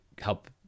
help